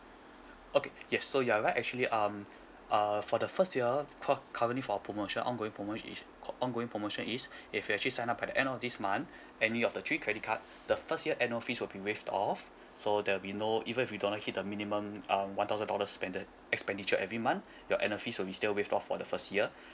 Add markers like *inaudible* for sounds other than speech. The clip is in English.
okay yes so you are right actually um uh for the first year cor~ currently for our promotion ongoing promotion is co~ ongoing promotion is *breath* if you actually sign up by the end of this month any of the three credit card the first year annual fees will be waived off so there'll be no even if you don't uh hit the minimum um one thousand dollar spend the expenditure every month your annual fees will be still waived off for the first year